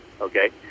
okay